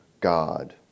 God